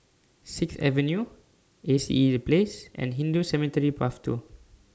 Sixth Avenue A C E The Place and Hindu Cemetery Path two